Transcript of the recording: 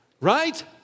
Right